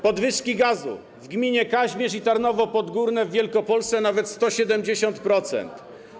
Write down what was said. Podwyżki gazu, w gminie Kaźmierz i Tarnowo Podgórne w Wielkopolsce nawet o 170%.